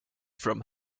from